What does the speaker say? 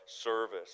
service